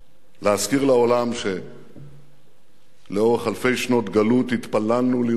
להזכיר לעולם שלאורך אלפי שנות גלות התפללנו לירושלים.